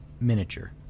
miniature